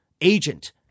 agent